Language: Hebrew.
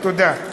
תודה.